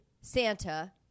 Santa